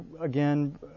again